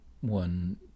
one